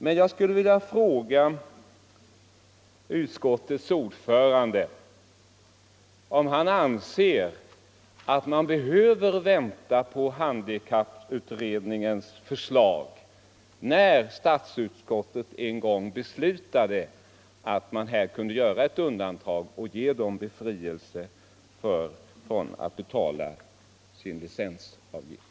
Men jag skulle vilja fråga utskottets ordförande om han anser att vi behöver vänta på handikapputredningens förslag när statsutskottet en gång uttalat att man här kunde göra ett undantag och befria vederbörande från att betala licensavgift.